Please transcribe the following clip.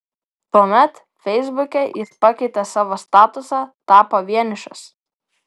tuomet feisbuke jis pakeitė savo statusą tapo vienišas